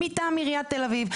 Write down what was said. מטעם עירית תל אביב.